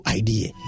idea